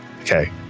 okay